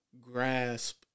grasp